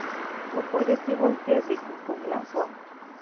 ᱩᱯᱚᱡᱟᱛᱤ ᱵᱚᱞᱛᱮ ᱫᱮᱠᱚ ᱠᱚ ᱢᱮᱱᱟᱜ ᱠᱚᱣᱟ